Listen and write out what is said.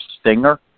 stinger